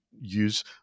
Use